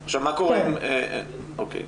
השנה,